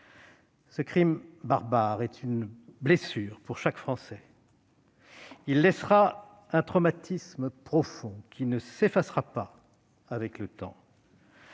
Ce crime barbare est une blessure pour chaque Français. Il laissera un traumatisme profond qui ne s'effacera pas avec le temps.